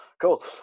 cool